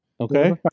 Okay